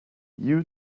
you